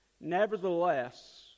Nevertheless